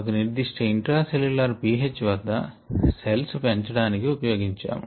ఒక నిర్దిష్ట intracellular pH వద్ద సెల్స్ పెంచడానికి ఉపయోగించాము